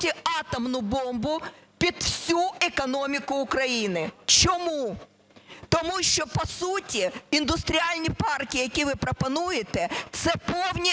атомну бомбу під всю економіку України. Чому? Тому що, по суті, індустріальні парки, які ви пропонуєте, – це повні